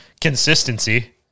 consistency